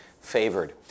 favored